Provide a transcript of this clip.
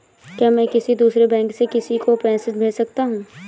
क्या मैं किसी दूसरे बैंक से किसी को पैसे भेज सकता हूँ?